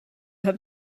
have